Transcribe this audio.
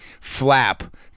flap